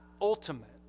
ultimate